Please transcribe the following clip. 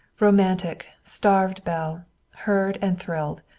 romantic, starved belle heard and thrilled.